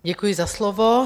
Děkuji za slovo.